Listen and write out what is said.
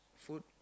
food